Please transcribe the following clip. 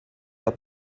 dat